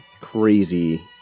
crazy